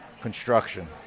construction